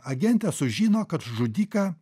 agentė sužino kad žudiką